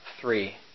three